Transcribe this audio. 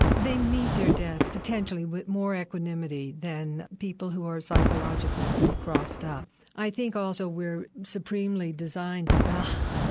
they meet their death, potentially, with more equanimity than people who are psychologically pretty crossed up. i think also we're supremely designed to die